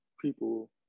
people